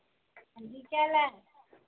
हां जी केह् हाल ऐ